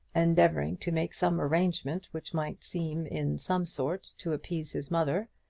endeavouring to make some arrangement which might seem in some sort to appease his mother.